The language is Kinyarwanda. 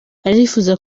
arifuza